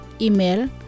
Email